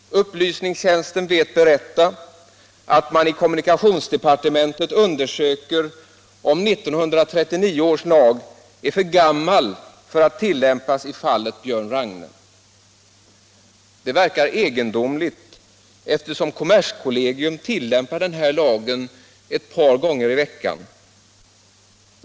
Upplysningstjänsten vet berätta att man i kommunikationsdepartementet undersöker om 1939 års lag är för gammal för att tillämpas i fallet ”Björn Ragne”. Det verkar egendomligt, eftersom kommerskollegium tillämpar den här lagen ett par gånger i veckan.